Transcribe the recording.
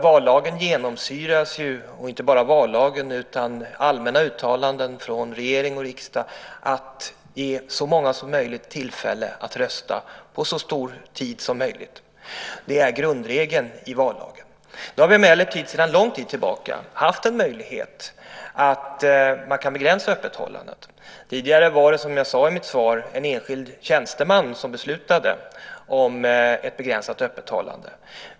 Vallagen och allmänna uttalanden från regering och riksdag genomsyras av en vilja att ge så många som möjligt tillfälle att rösta under så lång tid som möjligt. Det är grundregeln i vallagen. Nu har vi emellertid sedan lång tid tillbaka haft möjlighet att begränsa öppethållandet. Tidigare var det, som jag sade i mitt svar, en enskild tjänsteman som beslutade om ett begränsat öppethållande.